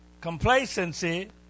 Complacency